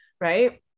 right